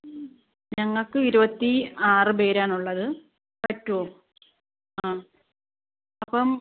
ഞങ്ങൾക്ക് ഇരുപത്തി ആറ് പേരാണുള്ളത് പറ്റുമോ ആ അപ്പം